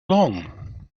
long